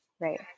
Right